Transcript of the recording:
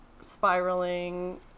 spiraling